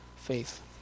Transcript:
faith